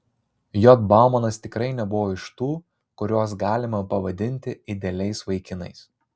j baumanas tikrai nebuvo iš tų kuriuos galima pavadinti idealiais vaikinais